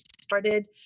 started